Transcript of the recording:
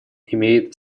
имеет